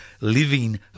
living